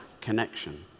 connection